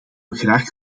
graag